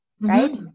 right